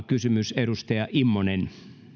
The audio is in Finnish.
kysymys edustaja immonen